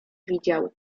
widział